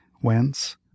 whence